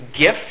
gift